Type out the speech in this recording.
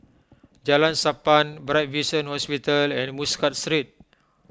Jalan Sappan Bright Vision Hospital and Muscat Street